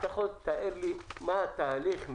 אתה יכול לתאר לי מה התהליך?